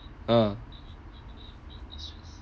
ah